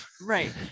right